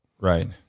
Right